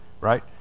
right